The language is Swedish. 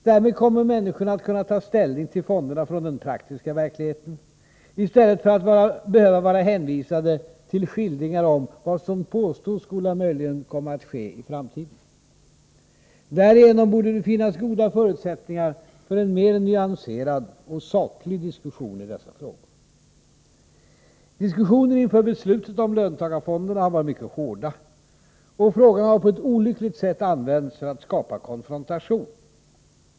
Därmed kommer människorna att kunna ta ställning till fonderna från den praktiska verkligheten i stället för att behöva vara hänvisade till skildringar om vad som påstås möjligen kunna komma att ske i framtiden. Därigenom borde det finnas goda förutsättningar för en mer nyanserad och saklig diskussion i dessa frågor. Diskussionerna inför beslutet om löntagarfonderna har varit mycket hårda, och frågan har på ett olyckligt sätt använts för att skapa konfrontation.